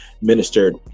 ministered